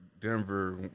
Denver